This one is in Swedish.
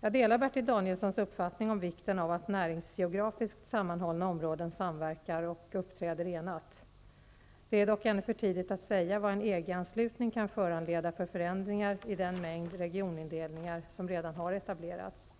Jag delar Bertil Danielssons uppfattning om vikten av att näringsgeografiskt sammanhållna områden samverkar och uppträder enat. Det är dock ännu för tidigt att säga vad en EG-anslutning kan föranleda för förändringar i den mängd regionindelningar som redan har etablerats.